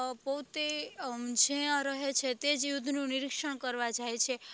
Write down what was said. પોતે જ્યાં રહે છે તે જ યુદ્ધનું નિરીક્ષણ કરવા જાય છે